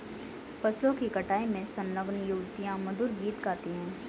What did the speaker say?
फसलों की कटाई में संलग्न युवतियाँ मधुर गीत गाती हैं